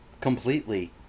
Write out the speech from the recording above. completely